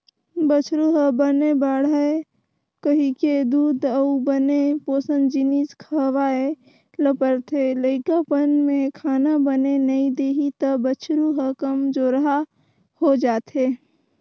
बछरु ह बने बाड़हय कहिके दूद अउ बने पोसन जिनिस खवाए ल परथे, लइकापन में खाना बने नइ देही त बछरू ह कमजोरहा हो जाएथे